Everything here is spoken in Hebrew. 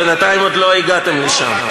בינתיים עוד לא הגעתם לשם.